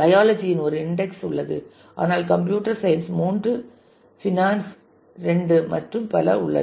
biology இன் ஒரு instance உள்ளது ஆனால் கம்ப்யூட்டர் சயின்ஸ் மூன்று பினான்ஸ் இரண்டு மற்றும் பல உள்ளது